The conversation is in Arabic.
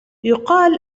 يُقال